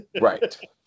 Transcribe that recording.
Right